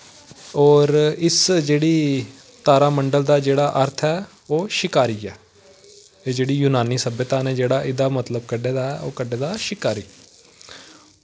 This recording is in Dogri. होर इस जेह्ड़ी तारामंडल दा जेह्ड़ा अर्थ ऐ ओह् शकारी ऐ कि जेह्ड़ी यूनानी सभ्यता ने जेह्ड़ा एह्दा मतलब कड्ढे दा ऐ ओह् कड्ढे दा शकारी